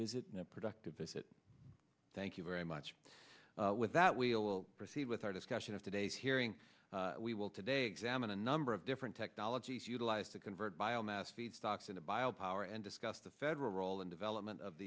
visit a productive visit thank you very much with that we will proceed with our discussion of today's hearing we will today examine a number of different technologies utilized to convert biomass feedstocks into bio power and discuss the federal role and development of